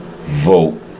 vote